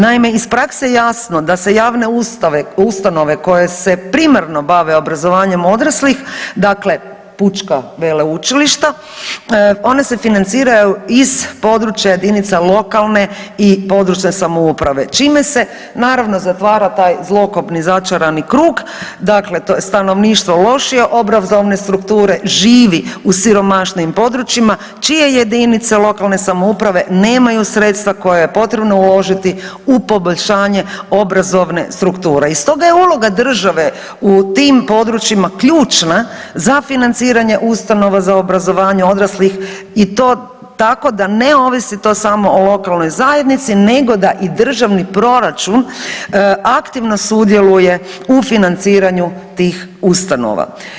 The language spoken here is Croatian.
Naime, iz prakse je jasno da se javne ustanove koje se primarno bave obrazovanjem odraslih, dakle, pučka veleučilišta, ona se financiraju iz područja jedinice lokalne i područne samouprave čime se naravno zatvara taj zlokobni začarani krug, dakle to je stanovništvo lošije obrazovne strukture živi u siromašnijim područjima, čije jedinice lokalne samouprave nemaju sredstva koja je potrebno uložiti u poboljšanje obrazovne strukture i stoga je uloga države u tim područjima ključna za financiranje ustanova za obrazovanje odraslih i to, tako da ne ovisi to samo o lokalnoj zajednici nego da i državni proračun aktivno sudjeluje u financiranju tih ustanova.